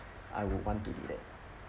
I would want to do that